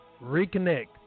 reconnect